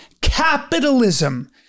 capitalism